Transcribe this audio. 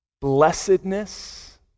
blessedness